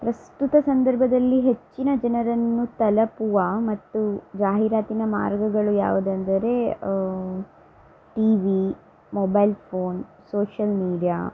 ಪ್ರಸ್ತುತ ಸಂದರ್ಭದಲ್ಲಿ ಹೆಚ್ಚಿನ ಜನರನ್ನು ತಲುಪುವ ಮತ್ತು ಜಾಹಿರಾತಿನ ಮಾರ್ಗಗಳು ಯಾವುದೆಂದರೇ TV mobile phone social media